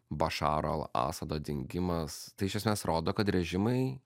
bašaro al asado dingimas tai iš esmės rodo kad režimai